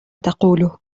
تقوله